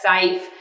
safe